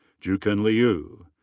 jucun liu.